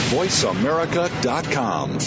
VoiceAmerica.com